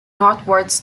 northwards